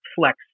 flex